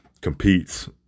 competes